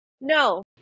No